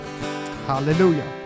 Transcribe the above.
Hallelujah